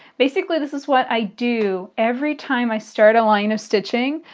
basically this is what i do every time i start a line of stitching.